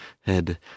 head